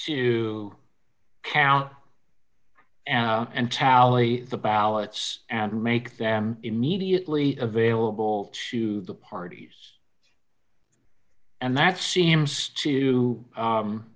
to count and tally the ballots and make them immediately available to the parties and that seems to